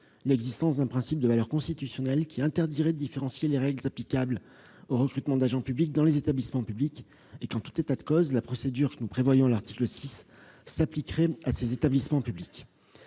l'existence d'un principe à valeur constitutionnelle qui interdirait de différencier les règles applicables au recrutement d'agents publics dans les établissements publics. En tout état de cause, la procédure que nous prévoyons à l'article 6 s'appliquerait à ces établissements.